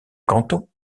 canton